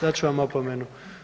Dat ću vam opomenu.